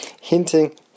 hinting